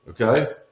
Okay